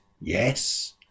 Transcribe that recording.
Yes